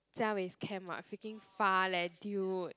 Jia-Wei's camp what freaking far leh dude